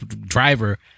driver